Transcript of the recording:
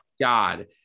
God